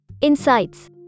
Insights